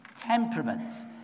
temperaments